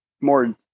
more